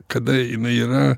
kada jinai yra